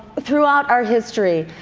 throughout our history,